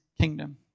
kingdom